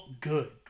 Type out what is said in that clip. good